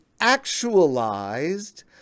actualized